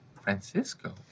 Francisco